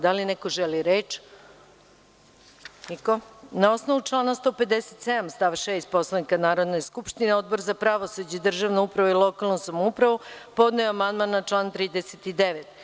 Da li neko želi reč? (Ne) Na osnovu člana 157. stav 6. Poslovnika Narodne skupštine Odbor za pravosuđe, državnu upravu i lokalnu samoupravu podneo je amandman na član 39.